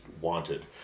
wanted